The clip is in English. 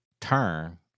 turn